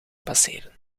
passeren